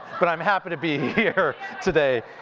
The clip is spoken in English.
but i'm happy to be here today,